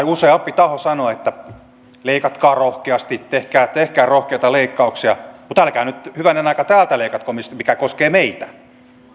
useampi taho sanoi että leikatkaa rohkeasti tehkää tehkää rohkeita leikkauksia mutta älkää nyt hyvänen aika täältä leikatko mikä koskee meitä